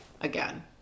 again